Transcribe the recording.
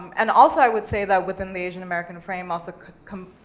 and also, i would say that within the asian american frame, also